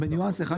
ב"ניואנס" אחד,